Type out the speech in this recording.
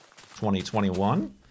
2021